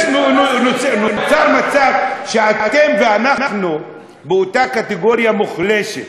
נוצר מצב שאתם ואנחנו באותה קטגוריה מוחלשת.